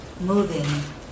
moving